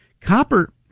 Copper